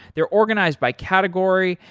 they're organized by category,